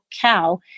cow